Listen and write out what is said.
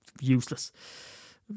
useless